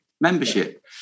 membership